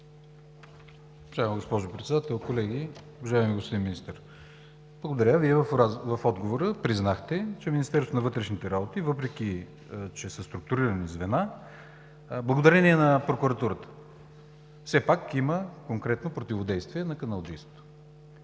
Благодаря. В отговора Вие признахте, че Министерството на вътрешните работи, въпреки че са структурирани звена и благодарение на прокуратурата все пак има конкретно противодействие на каналджийството.